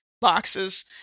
boxes